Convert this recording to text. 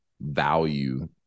value